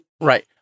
Right